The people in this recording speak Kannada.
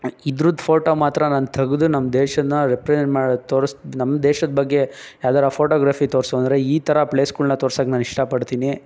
ಇದ್ರದ್ದು ಫೋಟೋ ಮಾತ್ರ ನಾನು ತೆಗ್ದು ನಮ್ಮ ದೇಶನ ರೆಪ್ರೆಯೆಂಟ್ ಮಾಡಿ ತೋರ್ಸಿ ನಮ್ಮ ದೇಶದ ಬಗ್ಗೆ ಯಾವ್ದಾರೂ ಫೋಟೋಗ್ರಫಿ ತೋರಿಸು ಅಂದರೆ ಈ ಥರ ಪ್ಲೇಸ್ಗಳ್ನ ತೋರ್ಸಕ್ಕೆ ನಾನು ಇಷ್ಟಪಡ್ತೀನಿ